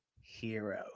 Hero